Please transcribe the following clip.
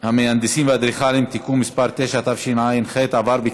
המהנדסים והאדריכלים (תיקון מס' 9), התשע"ח